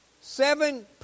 seven